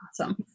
awesome